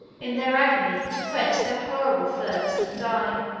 in their agony, to quench their horrible thirst, and die.